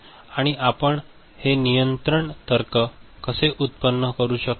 आणि आपण हे नियंत्रण तर्क कसे व्युत्पन्न करू शकता